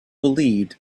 believed